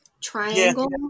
Triangle